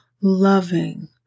loving